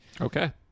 Okay